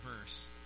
verse